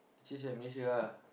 change at Malaysia ah